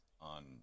on –